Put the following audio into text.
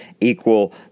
equal